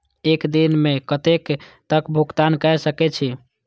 एक दिन में कतेक तक भुगतान कै सके छी